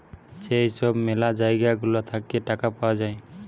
যেই সব ম্যালা জায়গা গুলা থাকে টাকা পাওয়া যায়